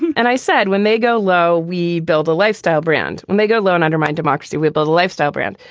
and i said, when they go low, we build a lifestyle brand. when they go low and undermine democracy, we build a lifestyle brand.